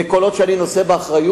וכל עוד אני נושא באחריות,